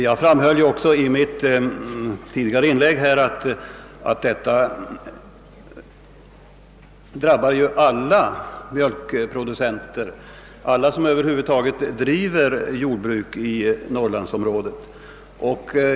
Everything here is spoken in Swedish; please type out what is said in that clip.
Jag framhöll också i mitt tidigare inlägg att klimatförhållandena givetvis drabbar alla mjölkproducenter, alla som över huvud taget driver jordbruk i norrlandsområdet.